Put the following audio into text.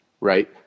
right